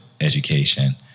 education